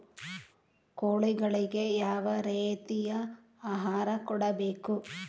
ಕೋಳಿಗಳಿಗೆ ಯಾವ ರೇತಿಯ ಆಹಾರ ಕೊಡಬೇಕು?